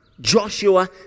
Joshua